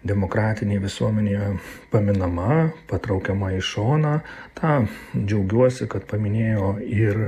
demokratinėj visuomenėje paminama patraukiama į šoną tą džiaugiuosi kad paminėjo ir